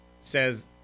says